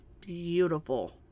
beautiful